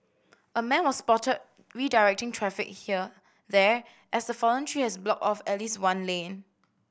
a man was spotted redirecting traffic here there as the fallen tree has blocked off at least one lane